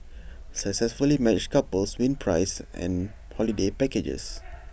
successfully matched couples win prize and holiday packages